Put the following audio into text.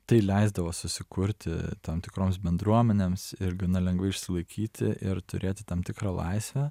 tai leisdavo susikurti tam tikroms bendruomenėms ir gana lengva išsilaikyti ir turėti tam tikrą laisvę